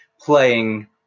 playing